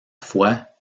foi